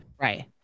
right